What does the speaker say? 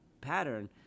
pattern